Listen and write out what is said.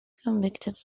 convicted